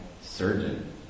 surgeon